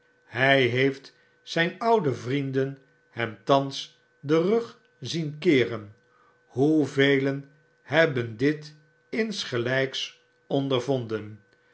hij heeft zijn oude vrienden hem thaiis den rug zien keeren hoevelen hebben dit insgeiyks ondervonden